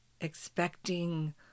expecting